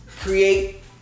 create